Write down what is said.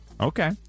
Okay